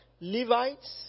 Levites